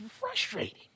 frustrating